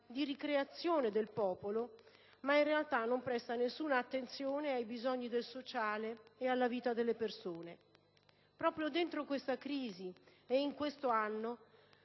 di ricreazione del popolo, ma in realtà non presta alcuna attenzione ai bisogni del sociale e alla vita delle persone. Proprio dentro questa crisi e in questo anno